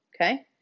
Okay